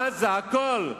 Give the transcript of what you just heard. עזה, הכול.